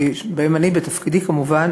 שבהן אני בתפקידי כמובן,